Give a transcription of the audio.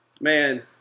Man